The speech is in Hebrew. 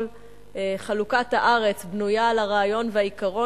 כל חלוקת הארץ בנויה על הרעיון והעיקרון